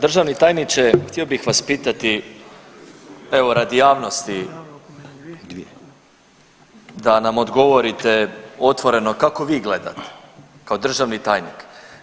Državni tajniče, htio bih vas pitati evo radi javnosti da nam odgovorite otvoreno, kako vi gledate kao državni tajnik?